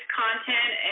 content